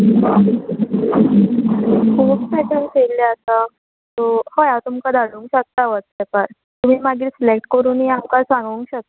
खूब पेटर्न्स येयल्ले आसा सो हय हांव तुमकां धाडूंक शकता वॉट्सॅपार तुमी मागीर सिलेक्ट करुनूय आमकां सांगूंक शकता